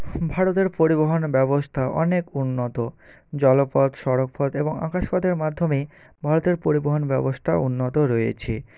ভারতের পরিবহন ব্যবস্থা অনেক উন্নত জলপথ সড়কপথ এবং আকাশপথের মাধ্যমে ভারতের পরিবহন ব্যবস্থা উন্নত রয়েছে